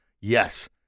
yes